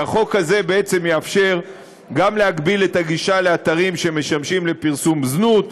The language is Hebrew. כי החוק הזה בעצם יאפשר גם להגביל את הגישה לאתרים שמשמשים לפרסום זנות,